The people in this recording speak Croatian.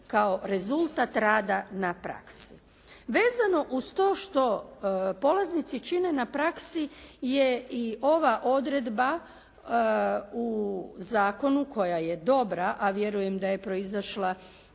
kao rezultat rada na praksi. Vezano uz to što polaznici čine na praksi je i ova odredba u zakonu koja je dobra a vjerujem da je proizašla